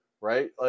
right